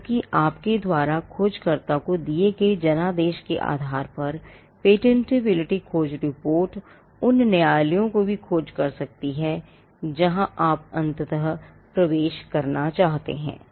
क्योंकि आपके द्वारा खोजकर्ता को दिए गए जनादेश के आधार पर पेटेंटबिलिटी खोज रिपोर्ट उन न्यायालयों की भी खोज कर सकती है जहाँ आप अंततः प्रवेश करना चाहते हैं